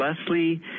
Leslie